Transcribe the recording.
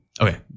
Okay